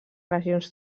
regions